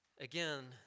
again